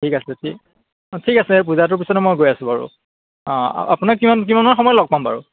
ঠিক আছে ঠিক অঁ ঠিক আছে পূজাটোৰ পিছতে মই গৈ আছোঁ বাৰু অঁ আপোনাক কিমান কিমান মান সময়ত লগ পাম বাৰু